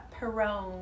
Perone